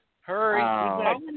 Hurry